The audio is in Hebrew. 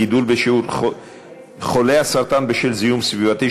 גידול בשיעור חולי הסרטן בשל זיהום סביבתי,